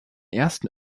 ersten